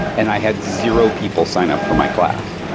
and i had zero people sign up for my class.